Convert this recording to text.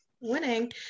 Winning